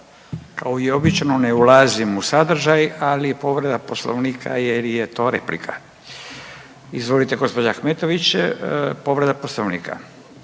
Kao i obično ne ulazim u sadržaj, ali povreda Poslovnika jer je to replika. Izvolite gospođa Ahmetović povreda Poslovnika.